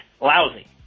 Lousy